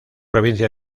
provincia